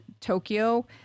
Tokyo